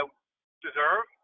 deserve